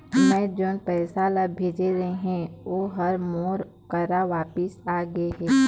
मै जोन पैसा ला भेजे रहें, ऊ हर मोर करा वापिस आ गे हे